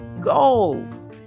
goals